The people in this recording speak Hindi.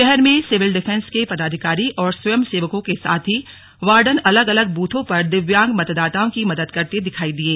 शहर में सिविल डिफेंस के पदाधिकारी और स्वयंसेवकों के साथ ही वार्डन अलग अलग ब्रथों पर दिव्यांग मतदाताओं की मदद करते दिखाई दिये